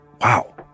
wow